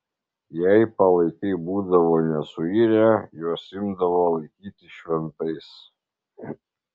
jei palaikai būdavo nesuirę juos imdavo laikyti šventais